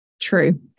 True